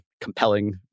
compelling